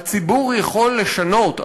הציבור יכול לשנות,